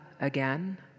again